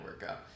workout